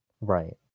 Right